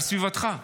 על סביבתך?